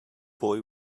boy